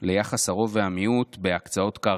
ליחס הרוב והמיעוט בהקצאות קרקע.